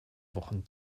wochen